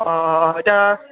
অঁ এতিয়া